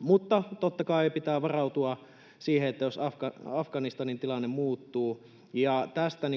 mutta totta kai pitää varautua siihen, että Afganistanin tilanne muuttuu,